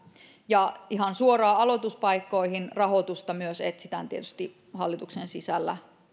ja ihan suoraan aloituspaikkoihin rahoitusta myös etsitään tietysti hallituksen sisällä